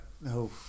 No